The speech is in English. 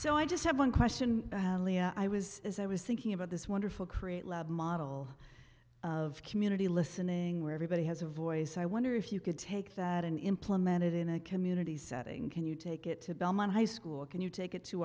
so i just had one question i was as i was thinking about this wonderful create love model of community listening where everybody has a voice i wonder if you could take that and implemented in a community setting can you take it to belmont high school or can you take it to